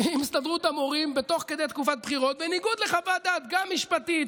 ההסכם המופקר שעשיתם עם חיזבאללה ושחק את ההרתעה